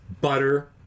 butter